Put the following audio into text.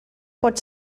pot